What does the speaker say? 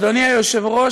אדוני היושב-ראש,